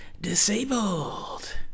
disabled